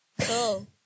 cool